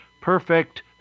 perfect